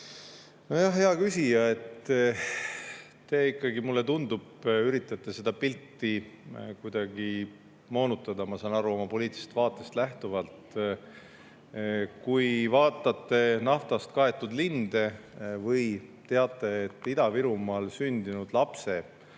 Hea küsija, mulle tundub, te üritate seda pilti kuidagi moonutada, ma saan aru, oma poliitilisest vaatest lähtuvalt. Kui te vaatate naftaga kaetud linde või teate, et Ida-Virumaal sündinud lapse